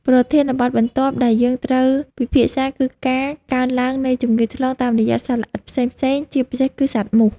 ប្រធានបទបន្ទាប់ដែលយើងត្រូវពិភាក្សាគឺការកើនឡើងនៃជំងឺឆ្លងតាមរយៈសត្វល្អិតផ្សេងៗជាពិសេសគឺសត្វមូស។